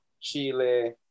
chile